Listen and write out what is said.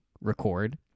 record